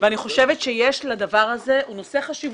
ואני חושבת שהדבר הזה נושא חשיבות.